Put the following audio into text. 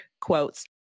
quotes